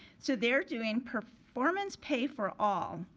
so they're doing performance pay for all.